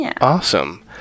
Awesome